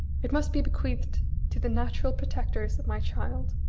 it must be bequeathed to the natural protectors of my child.